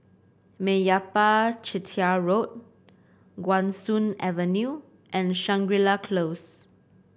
Meyappa Chettiar Road Guan Soon Avenue and Shangri La Close